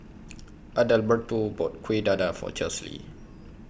Adalberto bought Kuih Dadar For Chesley